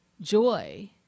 Joy